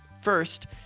First